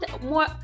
more